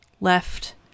left